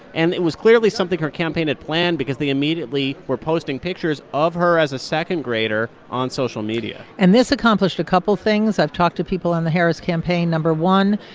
and it was clearly something her campaign had planned because they immediately were posting pictures of her as a second grader on social media and this accomplished a couple things. i've talked to people on the harris campaign. no. one,